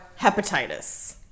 hepatitis